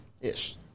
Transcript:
Ish